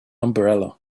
umbrella